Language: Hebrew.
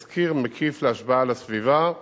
השפעה על הסביבה מקיף,